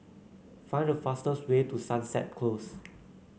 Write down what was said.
find the fastest way to Sunset Close